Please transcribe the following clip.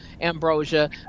Ambrosia